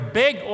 big